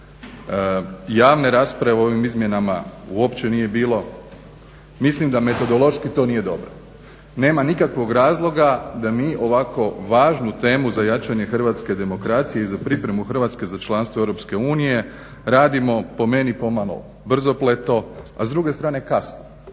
Javne rasprave o ovim izmjenama uopće nije bilo. Mislim da metodološki to nije dobro. Nema nikakvog razloga da mi ovako važnu temu za jačanje hrvatske demokracije i za pripremu Hrvatske za članstvo EU radimo po meni pomalo brzopleto, a s druge strane kasno.